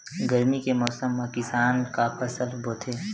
गरमी के मौसम मा किसान का फसल बोथे?